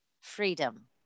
Freedom